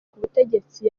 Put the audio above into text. k’ubutegetsi